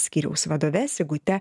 skyriaus vadove sigute